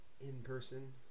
in-person